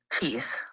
teeth